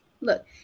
Look